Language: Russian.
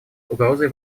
угрозой